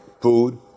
food